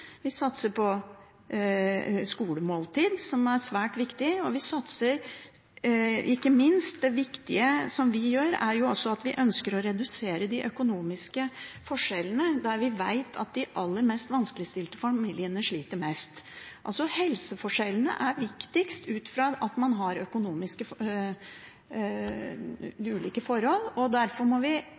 Vi satser på skolemåltid, som er svært viktig. Og ikke minst – blant det viktige vi gjør – ønsker vi å redusere de økonomiske forskjellene, der vi vet at de aller mest vanskeligstilte familiene sliter mest. Altså: Helseforskjellene er store ut fra at man har ulike økonomiske forhold. Derfor må vi